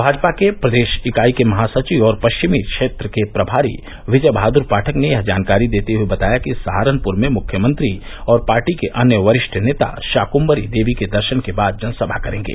भाजपा के प्रदेश इकाई के महासचिव और पश्चिमी क्षेत्र के प्रभारी विजय बहादुर पाठक ने यह जानकारी देते हुए बताया कि सहारनपुर में मुख्यमंत्री और पार्टी के अन्य वरिष्ठ नेता शाकृंभरी देवी के दर्शन के बाद जनसभा करेंगे